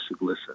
listen